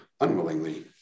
unwillingly